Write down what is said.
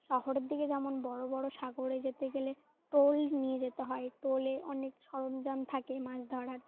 শহরের দিকে যেমন বড়ো বড়ো সাগরে যেতে গেলে টোল নিয়ে যেতে হয় টোলে অনেক সরঞ্জাম থাকে মাছ ধরার